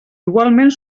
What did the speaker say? igualment